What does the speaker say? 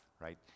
right